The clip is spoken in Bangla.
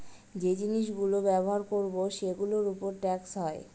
যে জিনিস গুলো ব্যবহার করবো সেগুলোর উপর ট্যাক্স হয়